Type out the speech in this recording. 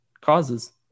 causes